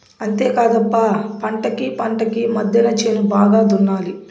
అంతేకాదప్ప పంటకీ పంటకీ మద్దెన చేను బాగా దున్నాలి